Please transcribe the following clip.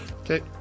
Okay